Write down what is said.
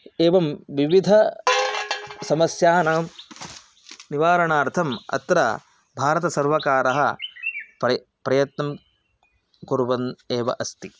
एवं विविध समस्यानां निवारणार्थम् अत्र भारतसर्वकारः परि प्रयत्नं कुर्वन् एव अस्ति